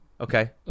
Okay